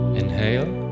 inhale